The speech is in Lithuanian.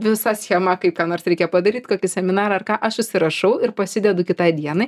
visa schema kaip ką nors reikia padaryt kokį seminarą ar ką aš užsirašau ir pasidedu kitai dienai